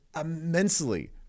immensely